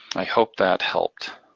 i hope that helped.